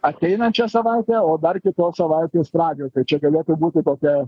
ateinančią savaitę o dar kitos savaitės pradžioj tai čia galėtų būti kokia